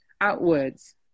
outwards